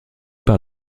par